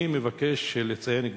אני מבקש לציין,